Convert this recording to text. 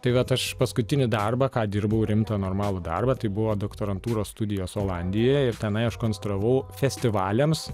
tai vat aš paskutinį darbą ką dirbau rimtą normalų darbą tai buvo doktorantūros studijos olandijoje ir tenai aš konstravau festivaliams